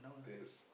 yes